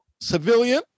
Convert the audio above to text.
civilian